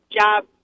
job